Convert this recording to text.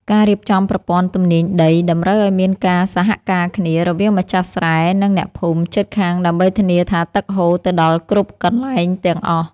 ការរៀបចំប្រព័ន្ធទំនាញដីតម្រូវឱ្យមានការសហការគ្នារវាងម្ចាស់ស្រែ និងអ្នកភូមិជិតខាងដើម្បីធានាថាទឹកហូរទៅដល់គ្រប់កន្លែងទាំងអស់។